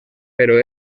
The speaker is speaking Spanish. pero